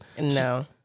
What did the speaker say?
No